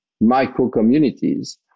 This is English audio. micro-communities